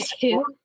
two